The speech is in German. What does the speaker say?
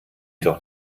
doch